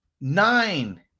nine